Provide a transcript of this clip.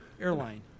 airline